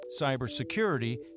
cybersecurity